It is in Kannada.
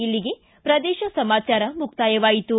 ಇಲ್ಲಿಗೆ ಪ್ರದೇಶ ಸಮಾಚಾರ ಮುಕ್ತಾಯವಾಯಿತು